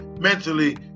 mentally